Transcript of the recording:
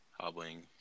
hobbling